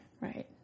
Right